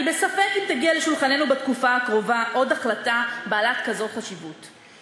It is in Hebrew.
אני בספק אם תגיע לשולחננו בתקופה הקרובה עוד החלטה בעלת חשיבות כזאת.